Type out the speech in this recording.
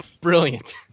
brilliant